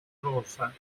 rosa